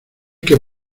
que